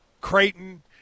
Creighton